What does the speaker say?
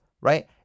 right